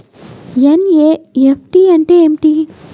NEFT అంటే ఏమిటి?